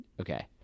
Okay